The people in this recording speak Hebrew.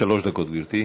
שלוש דקות, גברתי.